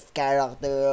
character